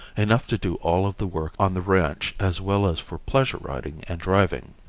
enough to do all of the work on the ranch as well as for pleasure riding and driving.